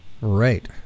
Right